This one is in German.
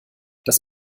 das